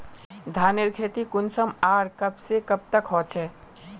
धानेर खेती कुंसम आर कब से कब तक होचे?